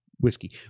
whiskey